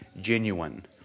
genuine